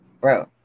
bro